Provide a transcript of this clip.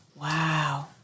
Wow